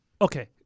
Okay